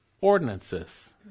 ordinances